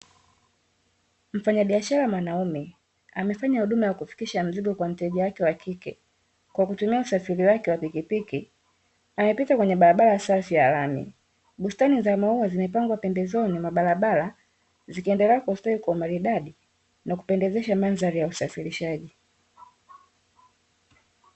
Mfanyabiashara mwanaume, amefanya huduma ya kufikisha mzigo kwa mteja wake wa mwanamke, kwa kutumia usafiri wake wa pikipiki. Amepita kwenye barabara safi ya lami, bustani za maua zimepangwa pembezoni mwa barabara, zikiendelea kustawi kwa umaridadi, na kupendezesha mandhari ya usafirishaji.